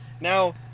Now